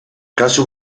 kasu